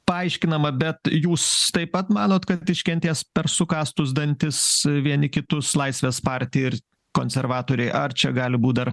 paaiškinama bet jūs taip pat manot kad iškentės per sukąstus dantis vieni kitus laisvės partija ir konservatoriai ar čia gali būt dar